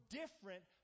different